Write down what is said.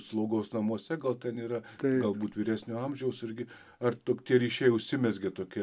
slaugos namuose gal ten yra tai galbūt vyresnio amžiaus irgi ar tu tie ryšiai užsimezgė tokie